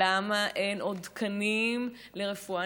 למה אין עוד תקנים לרפואה?